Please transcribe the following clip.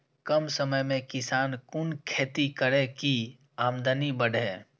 कम समय में किसान कुन खैती करै की आमदनी बढ़े?